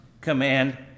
command